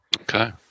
Okay